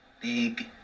Big